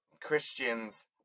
Christians